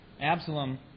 Absalom